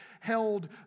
held